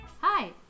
Hi